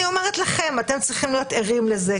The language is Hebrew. אתם צריכים להיות ערים לזה,